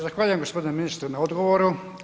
Zahvaljujem gospodine ministre na odgovoru.